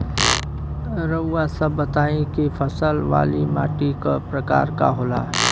रउआ सब बताई कि फसल वाली माटी क प्रकार के होला?